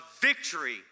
victory